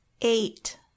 eight